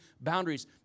boundaries